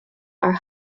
are